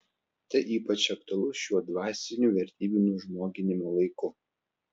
tai ypač aktualu šiuo dvasinių vertybių nužmoginimo laiku